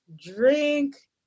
drink